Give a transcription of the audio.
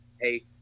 Hey